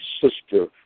Sister